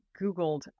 googled